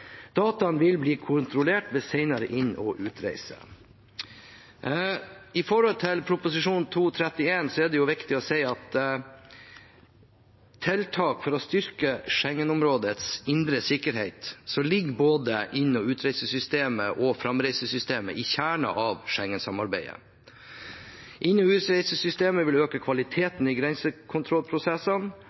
Dataene vil bli kontrollert ved senere inn- og utreiser. For Prop. 231 S er det viktig å si at når det gjelder tiltak for å styrke Schengen-områdets indre sikkerhet, ligger både inn- og utreisesystemet og framreisesystemet i kjernen av Schengen-samarbeidet. Inn- og utreisesystemet vil øke kvaliteten i grensekontrollprosessene,